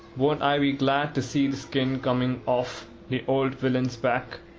won't i be glad to see the skin coming off the old villain's back!